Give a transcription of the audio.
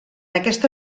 aquesta